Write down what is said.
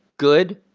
good.